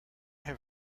have